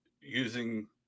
using